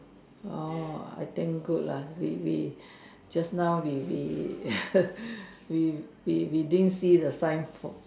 orh I think good lah we we just now we we we we we didn't see the sign for